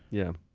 yeah,